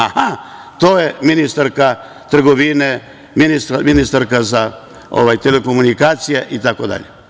Aha, to je ministarka trgovine, ministarka za telekomunikacije itd.